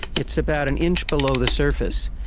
it's about an inch below the surface.